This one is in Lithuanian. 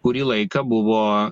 kurį laiką buvo